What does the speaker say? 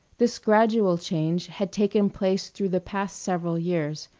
this gradual change had taken place through the past several years,